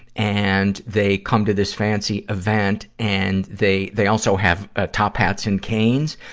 and they come to this fancy event. and, they, they also have ah top hats and canes.